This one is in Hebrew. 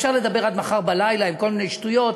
אפשר לדבר עד מחר בלילה עם כל מיני שטויות.